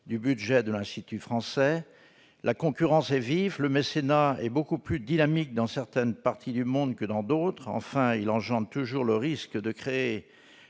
du budget de l'Institut français. La concurrence est vive, et le mécénat beaucoup plus dynamique dans certaines parties du monde que dans d'autres ; enfin, il fait toujours naître le risque de créer